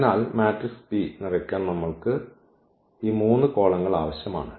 അതിനാൽ matrix P നിറയ്ക്കാൻ നമ്മൾക്ക് ഈ 3 കോളങ്ങൾ ആവശ്യമാണ്